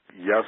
yes